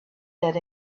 that